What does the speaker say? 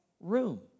room